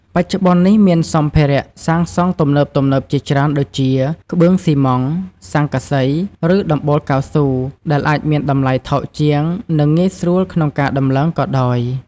បច្ចុប្បន្ននេះមានសម្ភារៈសាងសង់ទំនើបៗជាច្រើនដូចជា ក្បឿងស៊ីម៉ងត៍ ស័ង្កសី ឬដំបូលកៅស៊ូ ដែលអាចមានតម្លៃថោកជាង និងងាយស្រួលក្នុងការតម្លើងក៏ដោយ។